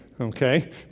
okay